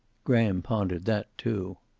graham pondered that, too.